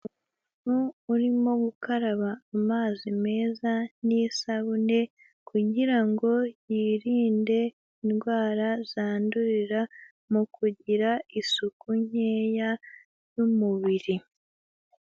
Umuntu urimo gukaraba amazi meza n'isabune kugira ngo yirinde indwara zandurira mu kugira isuku nkeya y'umubiri.